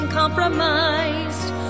compromised